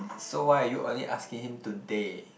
so why are you only asking him today